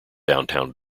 downtown